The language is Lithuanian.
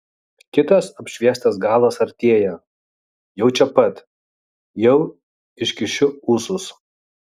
kitas apšviestas galas artėja jau čia pat jau iškišiu ūsus